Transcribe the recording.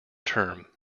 term